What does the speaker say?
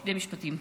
שני משפטים.